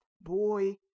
boy